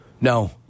No